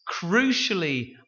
crucially